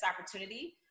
opportunity